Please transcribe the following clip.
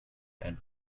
and